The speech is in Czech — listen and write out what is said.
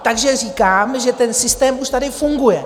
Takže říkám, že ten systém už tady funguje.